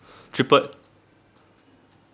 tripled